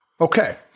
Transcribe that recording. Okay